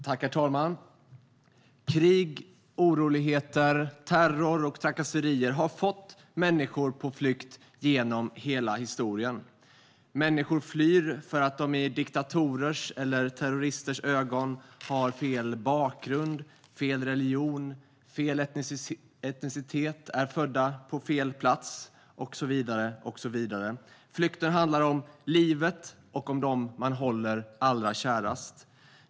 Herr talman! Krig, oroligheter, terror och trakasserier har fått människor på flykt genom hela historien. Människor flyr för att de i diktatorers eller terroristers ögon har fel bakgrund, utövar fel religion, har fel etnicitet, är födda på fel plats och så vidare. Flykten handlar om livet och om dem man håller allra kärast.